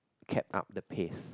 kept up the pace